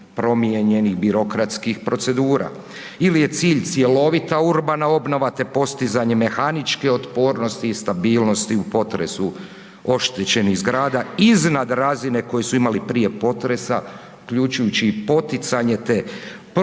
promijenjenih birokratskih procedura ili je cilj cjelovita urbana obnova te postizanje mehaničke otpornosti i stabilnosti u potresu oštećenih zgrada iznad razine koje su imali prije potresa, uključujući i poticanje te